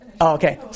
Okay